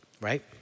Right